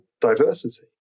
diversity